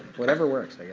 whatever works,